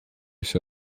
się